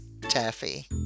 taffy